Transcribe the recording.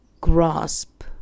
grasp